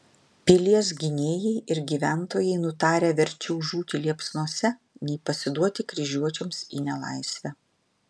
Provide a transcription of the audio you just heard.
pilies gynėjai ir gyventojai nutarę verčiau žūti liepsnose nei pasiduoti kryžiuočiams į nelaisvę